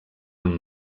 amb